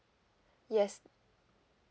yes